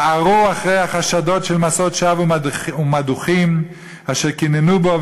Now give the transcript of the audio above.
בערו אחרי החשדות של משאות שווא ומדוּחים אשר קיננו בו,